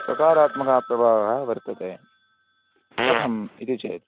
सकारात्मकः प्रभावः वर्तते कथम् इति चेत्